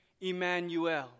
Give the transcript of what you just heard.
Emmanuel